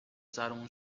سرمون